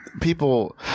people